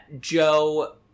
Joe